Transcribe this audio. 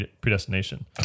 predestination